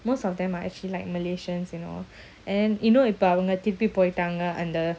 most of them are actually like malaysians you know and then இப்பஅவங்கதிருப்பிபோய்ட்டாங்க:ipa avanga thirupi poitanga